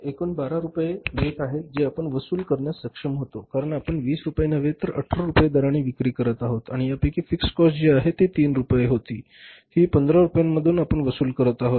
एकूण १२ रुपये येत आहेत जे आपण वसूल करण्यास सक्षम होतो कारण आपण २० रुपये नव्हे तर १८ रुपये दराने विक्री करत आहोत आणि या पैकी फिक्स्ड कॉस्ट जी आहे ३ रुपये ती ही १५ रुपयांमधून आपण वसूल करत आहोत